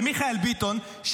למיכאל ביטון,